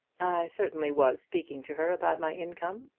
certainly was speaking to her about my income.